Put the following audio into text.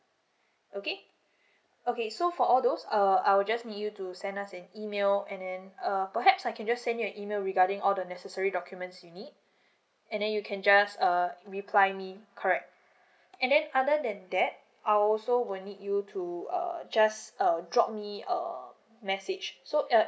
okay okay so for all those uh I'll just need you to send us an email and then um perhaps I can just send you an email regarding all the necessary documents you need any you can just uh reply me correct and then other than that I'll also will need you to uh just err drop me a message so uh